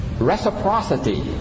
Reciprocity